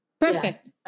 Perfect